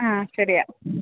ആ ശരിയാണ്